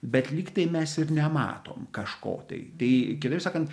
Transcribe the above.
bet lyg tai mes ir nematom kažko tai tai kitaip sakant